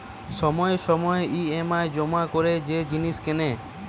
সময়ে সময়ে ই.এম.আই জমা করে যে জিনিস কেনে